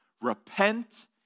Repent